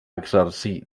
exercir